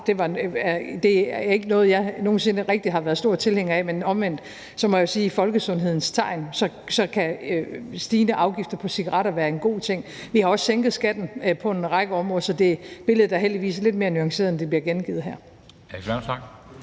Det er ikke noget, jeg nogen sinde rigtig har været stor tilhænger af, men omvendt må jeg jo sige, at i folkesundhedens navn kan stigende afgifter på cigaretter være en god ting. Vi har også sænket skatten på en række områder, så billedet er heldigvis lidt mere nuanceret, end det bliver gengivet her.